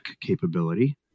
capability